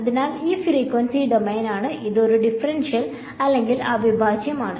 അതിനാൽ ഇത് ഫ്രീക്വൻസി ഡൊമെയ്നാണ് ഇത് ഒരു ഡിഫറൻഷ്യൽ അല്ലെങ്കിൽ അവിഭാജ്യമാണ്